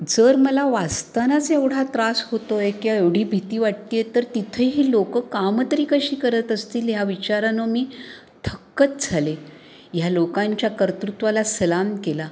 जर मला वाचतानाच एवढा त्रास होतो आहे किंवा एवढी भीती वाटते आहे तर तिथे ही लोकं कामं तरी कशी करत असतील ह्या विचारानं मी थक्कच झाले ह्या लोकांच्या कर्तृत्वाला सलाम केला